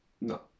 No